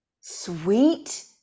sweet